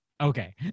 okay